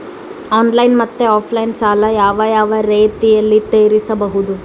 Online ಮತ್ತೆ offline ಸಾಲ ಯಾವ ಯಾವ ರೇತಿನಲ್ಲಿ ತೇರಿಸಬಹುದು?